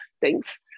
Thanks